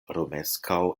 romeskaŭ